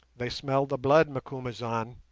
they smell the blood, macumazahn,